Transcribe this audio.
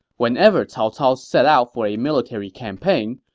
whenever cao cao set out for a military campaign,